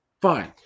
fine